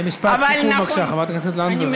אבל, משפט סיכום, בבקשה, חברת הכנסת לנדבר.